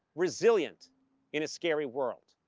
resilient in a scary world.